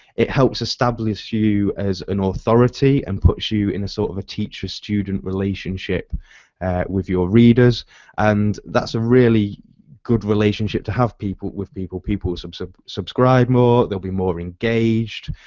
it helps establish you as an authority and puts you in sort of a teacher student relationship with your readers and that's a really good relationship to have. people with people, people subscribe subscribe more, they'll be more engaged.